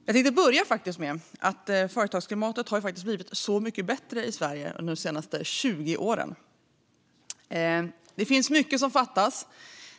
Jag tänkte börja med att säga att företagsklimatet har blivit så mycket bättre i Sverige under de senaste 20 åren. Det finns mycket som fattas.